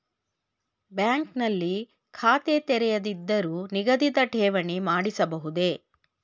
Bank ನಲ್ಲಿ ಖಾತೆ ತೆರೆಯದಿದ್ದರೂ ನಿಗದಿತ ಠೇವಣಿ ಮಾಡಿಸಬಹುದೇ?